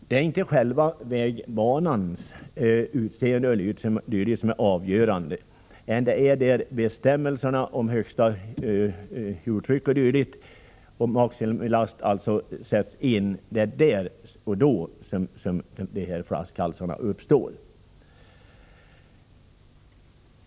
Det är inte själva vägbanans utseende o.d. som är avgörande utan det är då bestämmelserna om högsta hjultryck, maximilast osv. sätts in som flaskhalsarna uppstår.